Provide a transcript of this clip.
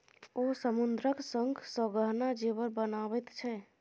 ओ समुद्रक शंखसँ गहना जेवर बनाबैत छै